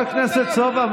חבר הכנסת סובה,